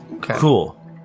Cool